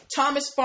Thomas